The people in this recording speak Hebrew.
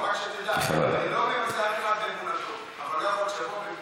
רק שתדע, אני בעד שאיש באמונתו, אבל גם ביהדות,